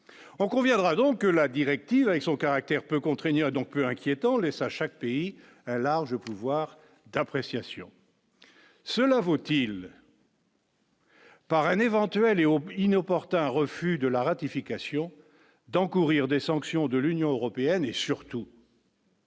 on conviendra donc la directive avec son caractère peu contraignant donc inquiétant laisse à chaque pays un large pouvoir d'appréciation, cela vaut-il. Par un éventuel et hop inopportun, refus de la ratification d'encourir des sanctions de l'Union européenne et surtout.